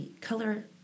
color